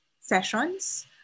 sessions